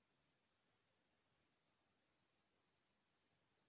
गैर बैंकिंग सेवा के बारे म कुछु बतावव?